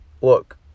look